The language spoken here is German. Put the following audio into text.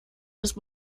ist